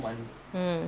mm